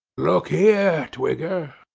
look here, twigger